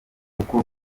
uko